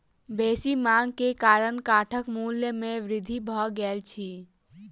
बेसी मांग के कारण काठक मूल्य में वृद्धि भ गेल अछि